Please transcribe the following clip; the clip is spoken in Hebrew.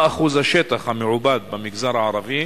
מה אחוז השטח המעובד במגזר הערבי?